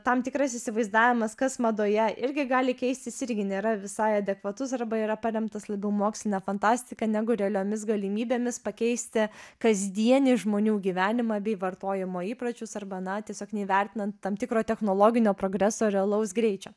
tam tikras įsivaizdavimas kas madoje irgi gali keistis irgi nėra visai adekvatus arba yra paremtas labiau moksline fantastika negu realiomis galimybėmis pakeisti kasdienį žmonių gyvenimą bei vartojimo įpročius arba na tiesiog neįvertinant tam tikro technologinio progreso realaus greičio